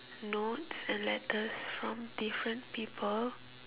notes and letters from different people